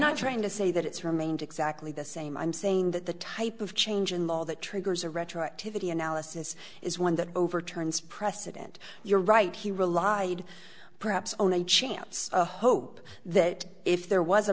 not trying to say that it's remained exactly the same i'm saying that the type of change in law that triggers a retroactivity analysis is one that overturns precedent you're right he relied perhaps on a chance a hope that if there was a